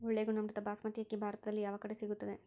ಒಳ್ಳೆ ಗುಣಮಟ್ಟದ ಬಾಸ್ಮತಿ ಅಕ್ಕಿ ಭಾರತದಲ್ಲಿ ಯಾವ ಕಡೆ ಸಿಗುತ್ತದೆ?